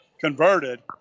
converted